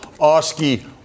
Oski